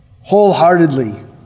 wholeheartedly